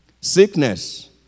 Sickness